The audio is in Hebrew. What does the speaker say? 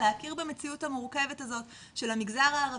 להכיר במציאות המורכבת הזאת של המגזר הערבי,